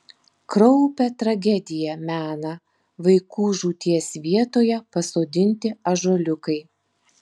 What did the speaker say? kraupią tragediją mena vaikų žūties vietoje pasodinti ąžuoliukai